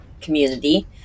community